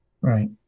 Right